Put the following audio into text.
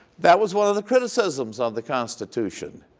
that was one of the criticisms of the constitution.